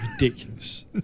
ridiculous